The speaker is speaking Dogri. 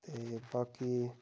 ते बाकी